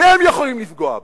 אתם יכולים לפגוע בה.